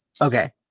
Okay